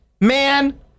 man